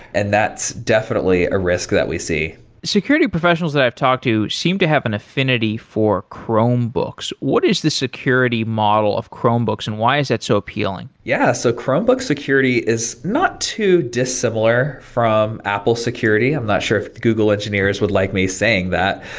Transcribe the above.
and that's definitely a risk that we see security professionals that i've talked to seem to have an affinity for chromebooks. what is the security model of chromebooks and why is that so appealing? yeah, so chromebook security is not too dissimilar from apple security. i'm not sure if google engineers would like me saying that.